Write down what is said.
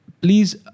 please